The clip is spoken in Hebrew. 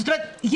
זאת אומרת,